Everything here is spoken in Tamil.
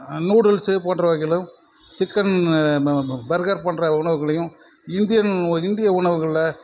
நூடுல்சு போன்ற வகைகளும் சிக்கனு பர்கர் போன்ற உணவுகளையும் இந்தியன் இந்திய உணவுகளில்